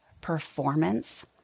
performance